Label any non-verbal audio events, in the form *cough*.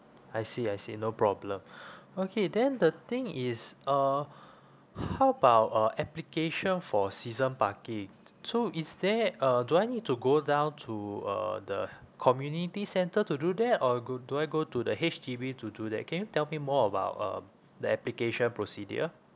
I see I see no problem *breath* okay then the thing is uh *breath* how about uh application for season parking so is there uh do I need to go down to uh the community centre to do that or go do I go to the H_D_B to do that can you tell me more about um the application procedure